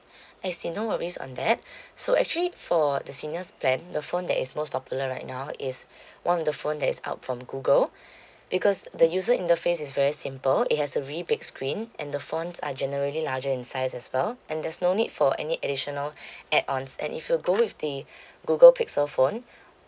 I see no worries on that so actually for the seniors plan the phone that is most popular right now is one of the phone that is out from google because the user interface is very simple it has a really big screen and the phones are generally larger in size as well and there's no need for any additional add ons and if you go with the google pixel phone